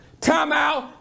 Timeout